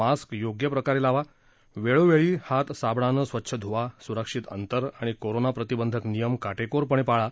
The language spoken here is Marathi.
मास्क योग्य प्रकारे लावा वेळोवेळी हात साबणाने स्वच्छ धूवा सुरक्षित अंतर आणि कोरोना प्रतिबंधक नियम काटेकोरपणे पाळा